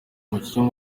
umukinnyi